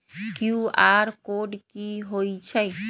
QR code कि हई छई?